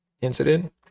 incident